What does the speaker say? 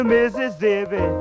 Mississippi